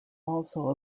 also